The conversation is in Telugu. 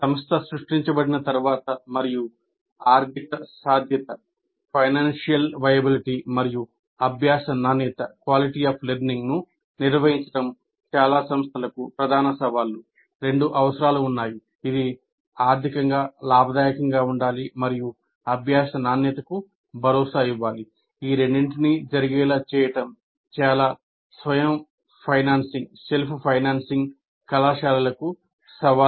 సంస్థ సృష్టించబడిన తర్వాత మరియు ఆర్థిక సాధ్యత కళాశాలలకు సవాలు